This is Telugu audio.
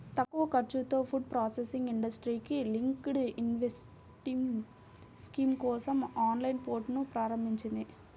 తక్కువ ఖర్చుతో ఫుడ్ ప్రాసెసింగ్ ఇండస్ట్రీకి లింక్డ్ ఇన్సెంటివ్ స్కీమ్ కోసం ఆన్లైన్ పోర్టల్ను ప్రారంభించింది